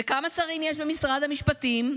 וכמה שרים יש במשרד המשפטים?